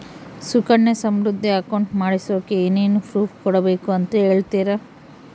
Sukanya Samriddhi account ಮಾಡಿಸೋಕೆ ಏನೇನು proof ಕೊಡಬೇಕು ಅಂತ ಹೇಳ್ತೇರಾ?